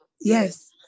Yes